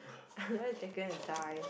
what if they gonna die